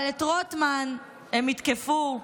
אבל את רוטמן הם יתקפו,